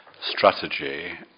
strategy